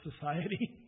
society